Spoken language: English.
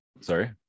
Sorry